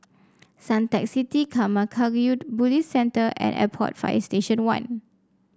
Suntec City Karma Kagyud Buddhist Centre and Airport Fire Station One